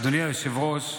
אדוני היושב-ראש,